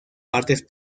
partes